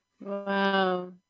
Wow